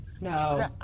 No